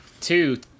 Two